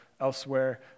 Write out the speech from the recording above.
elsewhere